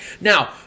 Now